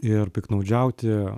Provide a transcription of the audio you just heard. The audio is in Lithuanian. ir piktnaudžiauti